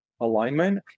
alignment